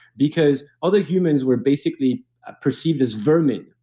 because other humans were basically ah perceived as vermin.